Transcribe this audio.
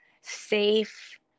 safe